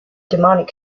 demonic